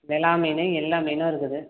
விள மீன் எல்லா மீனும் இருக்குது